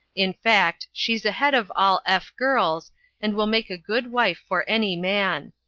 in fact she's ahead of all f girls and will make a good wife for any man.